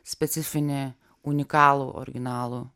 specifinį unikalų originalų